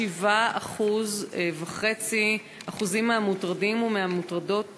מי שתציג את הצעת החוק, חברת הכנסת עליזה לביא.